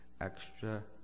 extra